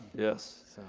yes.